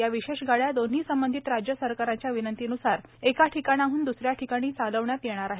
या विशेष गाड्या दोन्ही संबंधित राज्य सरकारांच्या विनंतीन्सार एका ठिकाणाहन द्दसऱ्या ठिकाणी चालवण्यात येणार आहेत